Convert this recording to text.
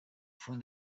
from